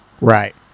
Right